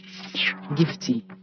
gifty